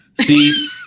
See